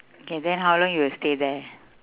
okay then how long you will stay there